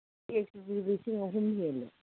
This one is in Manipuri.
ꯇꯦꯛꯇꯨꯁꯨ ꯂꯤꯁꯤꯡ ꯑꯍꯨꯝ ꯍꯦꯜꯂꯦ